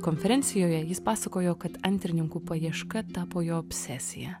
konferencijoje jis pasakojo kad antrininkų paieška tapo jo obsesija